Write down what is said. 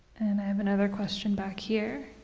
and i have another question back here.